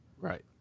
Right